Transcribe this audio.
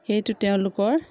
সেইটো তেওঁলোকৰ